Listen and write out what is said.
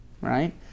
right